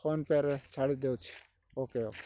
phone pay ରେ ଛାଡ଼ି ଦେଉଛି ଓକେ ଓକେ